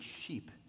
sheep